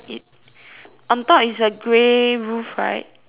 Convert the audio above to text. on top is a grey roof right metal roof